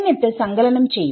എന്നിട്ട് സങ്കലനം ചെയ്യും